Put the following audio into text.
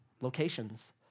locations